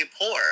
poor